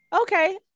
Okay